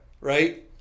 Right